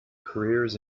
careers